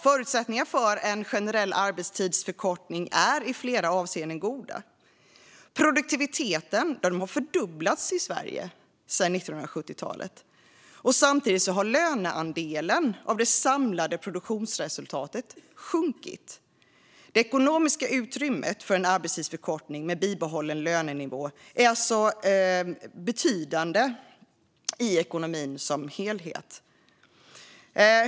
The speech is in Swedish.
Förutsättningarna för en generell arbetstidsförkortning är i flera avseenden goda. Produktiviteten har fördubblats i Sverige sedan 1970-talet. Samtidigt har löneandelen av det samlade produktionsresultatet sjunkit. Det ekonomiska utrymmet för en arbetstidsförkortning med bibehållen lönenivå är alltså betydande i ekonomin som helhet.